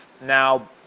Now